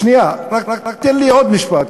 שנייה, רק תן לי עוד משפט.